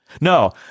No